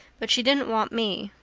but she didn't want me.